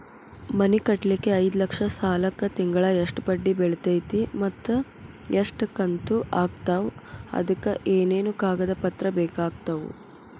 ಮನಿ ಕಟ್ಟಲಿಕ್ಕೆ ಐದ ಲಕ್ಷ ಸಾಲಕ್ಕ ತಿಂಗಳಾ ಎಷ್ಟ ಬಡ್ಡಿ ಬಿಳ್ತೈತಿ ಮತ್ತ ಎಷ್ಟ ಕಂತು ಆಗ್ತಾವ್ ಅದಕ ಏನೇನು ಕಾಗದ ಪತ್ರ ಬೇಕಾಗ್ತವು?